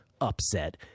upset